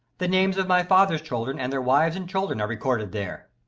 the names of my father's children and their wives and children are recorded there.